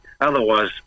otherwise